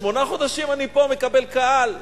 שמונה חודשים אני פה מקבל קהל,